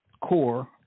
core